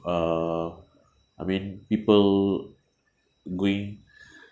uh I mean people going